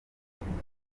akomeza